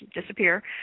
disappear